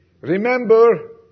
remember